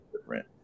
different